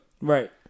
Right